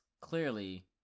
clearly